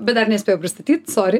bet dar nespėjau pristatyt sori